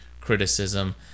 criticism